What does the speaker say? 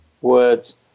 words